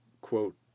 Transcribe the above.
quote